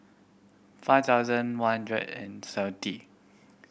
five thousand one hundred and seventy